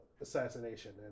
assassination